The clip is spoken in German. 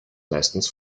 meistens